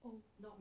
oh